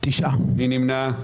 מי נמנע?